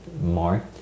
more